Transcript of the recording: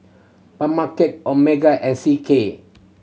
Omega and C K